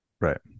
Right